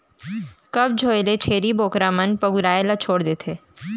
कब्ज होए ले छेरी बोकरा मन पगुराए ल छोड़ देथे